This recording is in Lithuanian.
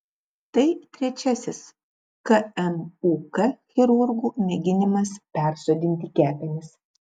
tai trečiasis kmuk chirurgų mėginimas persodinti kepenis